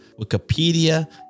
Wikipedia